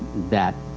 that,